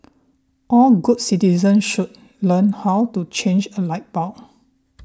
all good citizens should learn how to change a light bulb